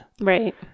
Right